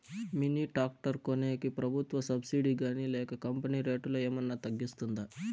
Mini tractor కొనేకి ప్రభుత్వ subsidy గాని లేక కంపెని రేటులో ఏమన్నా తగ్గిస్తుందా?